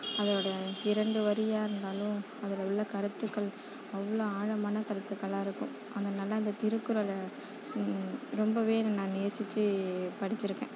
அதோட இரண்டு வரியாகிருந்தாலும் அதில் உள்ள கருத்துக்கள் அவ்வளோ ஆழமான கருத்துக்களாக இருக்கும் அதனால் அந்த திருக்குறளை ரொம்பவே நான் நேசித்து படித்திருக்கேன்